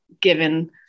given